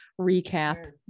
recap